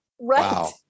Right